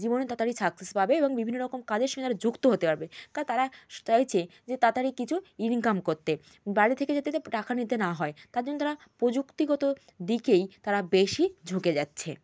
জীবনে তাড়াতাড়ি সাকসেস পাবে এবং বিভিন্ন রকম কাজের সঙ্গে তারা যুক্ত হতে পারবে কারণ তারা চাইছে যে তাড়াতাড়ি কিছু ইনকাম করতে বাড়ি থেকে যাতে টাকা নিতে না হয় তার জন্য তারা প্রযুক্তিগত দিকেই তারা বেশি ঝুঁকে যাচ্ছে